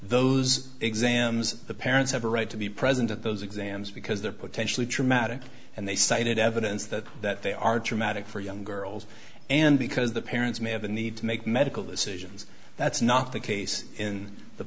those exams the parents have a right to be present at those exams because they're potentially traumatic and they cited evidence that that they are traumatic for young girls and because the parents may have the need to make medical decisions that's not the case in the